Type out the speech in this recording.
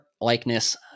likeness